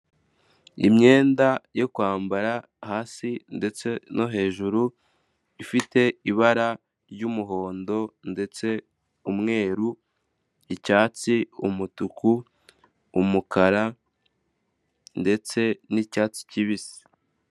Imyenda yo kwambara hasi ndetse no hejuru ifite ibara ry'umuhondo ndetse umweru, icyatsi, umutuku, umukara ndetse n'icyatsi kibisi.